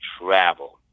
travel